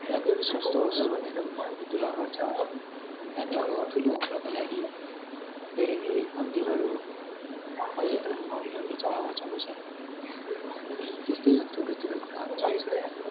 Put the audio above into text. नानीहरू स्वस्थ बसोस् भनेर उनीहरूले दुवा गर्छ नानीको ठुलो उम्रको लागि धेरै धेरै मन्दिरहरू मस्जिदहरूमा उनीहरूले चढावा चढाउँछ अनि त्यस्तै थुप्रो थुप्रो कुराहरू चढाउँछ